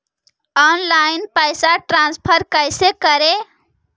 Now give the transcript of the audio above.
Online पैसा transfer कैसे करे?